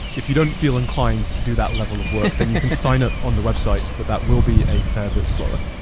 if you don't feel inclined to do that level of work, then you can sign up on the website. but that will be a fair bit slower.